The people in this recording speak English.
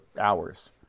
hours